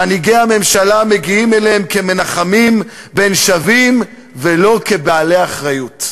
מנהיגי הממשלה מגיעים אליהם כמנחמים בין שווים ולא כבעלי אחריות.